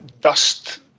dust